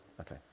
okay